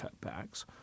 cutbacks